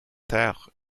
ter